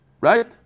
right